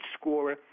scorer